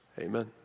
amen